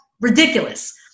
ridiculous